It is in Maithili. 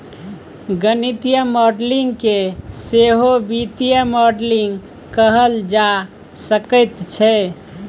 गणितीय मॉडलिंग केँ सहो वित्तीय मॉडलिंग कहल जा सकैत छै